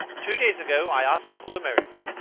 two days ago i asked sibyl to marry me.